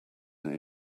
and